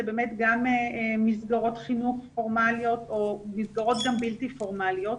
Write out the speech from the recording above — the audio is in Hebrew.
באמת גם מסגרות חינוך פורמליות או מסגרות גם בלתי פורמליות.